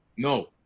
No